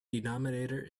denominator